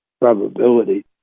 probability